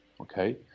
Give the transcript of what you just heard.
Okay